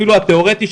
אפילו תאורטי,